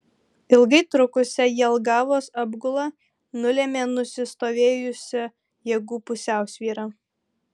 ilgai trukusią jelgavos apgulą nulėmė nusistovėjusi jėgų pusiausvyra